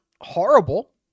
horrible